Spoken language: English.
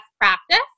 practice